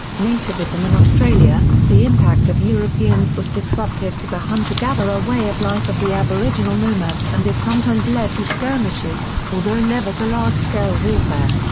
nativism in australia the impact of europeans was disruptive to the hunter-gatherer way of life of the aboriginal nomads and this sometimes led to skirmishes, although never to large-scale warfare.